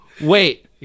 Wait